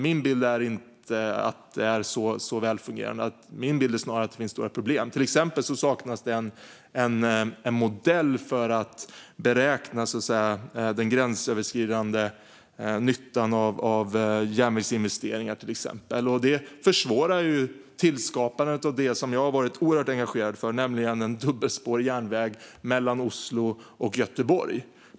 Min bild är inte att det är så välfungerande. Min bild är snarare att det finns stora problem. Till exempel saknas det en modell för att beräkna den gränsöverskridande nyttan av järnvägsinvesteringar. Det försvårar tillskapandet av det som jag har varit oerhört engagerad för, nämligen en dubbelspårig järnväg mellan Oslo och Göteborg.